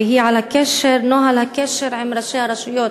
והיא על נוהל הקשר עם ראשי הרשויות,